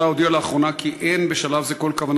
לשכת ראש הממשלה הודיעה לאחרונה כי אין בשלב זה כל כוונה